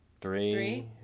three